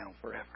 forever